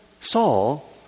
Saul